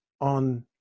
on